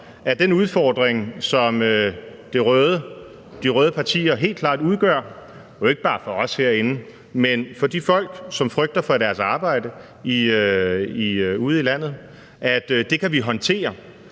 at den udfordring, som de røde partier helt klart udgør, ikke bare for os herinde, men for de folk, som frygter for deres arbejde ude i landet, kan vi håndtere,